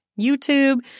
YouTube